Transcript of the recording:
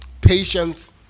Patience